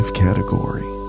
category